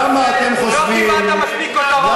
למה אתם חושבים, לא קיבלת מספיק כותרות, נכון?